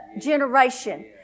generation